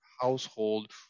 household